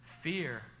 Fear